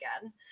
again